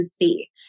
see